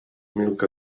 milk